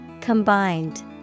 Combined